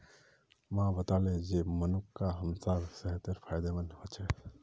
माँ बताले जे मुनक्का हमसार सेहतेर फायदेमंद ह छेक